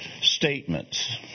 statements